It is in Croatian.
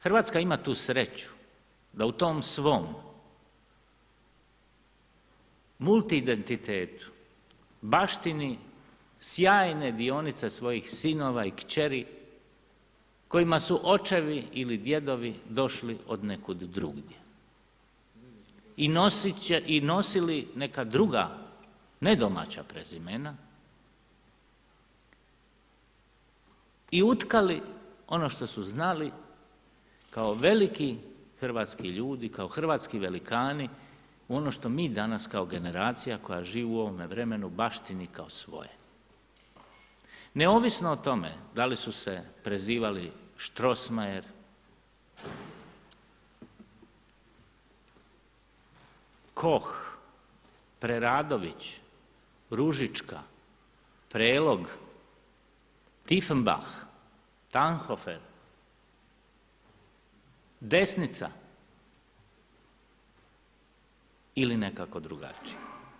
Hrvatska ima tu sreću da u tom svom multiidentitetu baštini sjajne dionice svojih sinova i kćeri kojima su očevi ili djedovi došli od nekud drugdje i nosili neka druga ne domaća prezimena i utkali ono što su znali kao veliki hrvatski ljudi, kao hrvatski velikani ono što mi danas kao generacija koja živi u ovome vremenu baštini kao svoje neovisno o tome da li su se prezivali Strossmayer, Koh, Preradović, Ružička, Prelog, Tifnbach, Tanhofen, Desnica ili nekako drugačije.